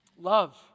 Love